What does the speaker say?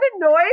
annoyed